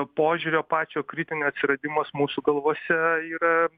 požiūrio pačio kritinio atsiradimas mūsų galvose yra